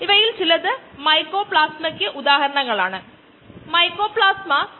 അത് നേരായ forward design ആപ്ലിക്കേഷനാണ്